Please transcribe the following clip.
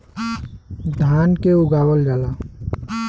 धान के उगावल जाला